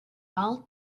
all